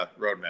roadmap